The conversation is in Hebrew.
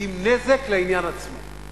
זה נזק לעניין עצמו.